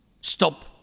stop